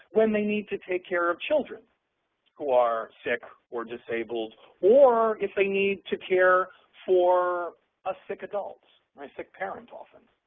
when they need to take care of children who are sick or disabled, or if they need to care for a sick adult or a sick parent often.